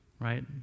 right